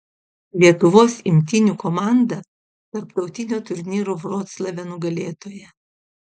lietuvos imtynių komanda tarptautinio turnyro vroclave nugalėtoja